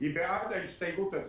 היא בעד ההסתייגות הזו,